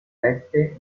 dirette